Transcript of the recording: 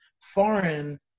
foreign